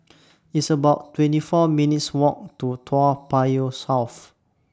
It's about twenty four minutes' Walk to Toa Payoh South